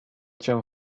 cię